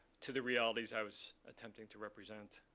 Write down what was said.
to the realities i was attempting to represent.